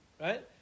Right